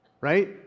Right